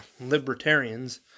libertarians